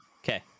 Okay